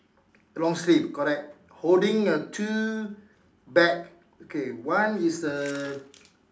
long sleeve correct holding uh two bag okay one is a